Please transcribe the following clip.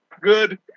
good